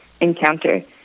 encounter